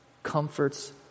Comforts